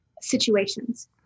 situations